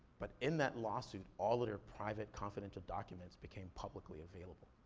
but in that lawsuit, all of their private, confidential documents became publicly available.